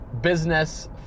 business